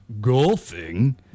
golfing